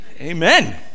Amen